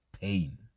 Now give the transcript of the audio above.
pain